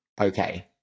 okay